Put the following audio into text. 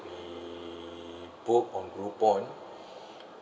we booked on groupon